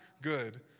good